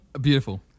Beautiful